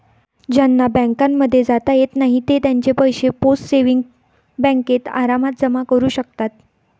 ज्यांना बँकांमध्ये जाता येत नाही ते त्यांचे पैसे पोस्ट सेविंग्स बँकेत आरामात जमा करू शकतात